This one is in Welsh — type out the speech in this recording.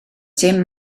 dim